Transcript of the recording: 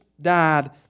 died